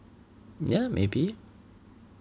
ya maybe